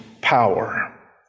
power